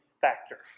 factor